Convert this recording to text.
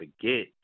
forget